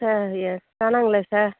sir எ காணங்களே sir